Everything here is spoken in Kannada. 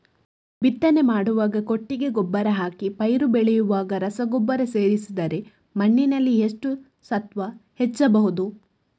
ಬಿತ್ತನೆ ಮಾಡುವಾಗ ಕೊಟ್ಟಿಗೆ ಗೊಬ್ಬರ ಹಾಕಿ ಪೈರು ಬೆಳೆಯುವಾಗ ರಸಗೊಬ್ಬರ ಸೇರಿಸಿದರೆ ಮಣ್ಣಿನಲ್ಲಿ ಎಷ್ಟು ಸತ್ವ ಹೆಚ್ಚಬಹುದು?